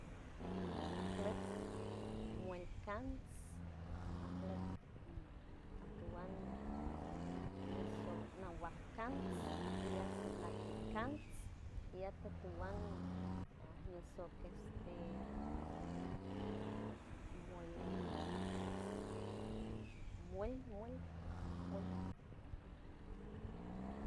Eia lec muelcans alec atuan miusonawacants y atunake cants iatutague añusoquen este muel muel muel